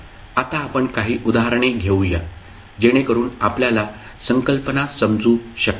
आता आपण काही उदाहरणे घेऊया जेणेकरुन आपल्याला संकल्पना समजू शकेल